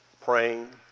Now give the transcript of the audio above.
praying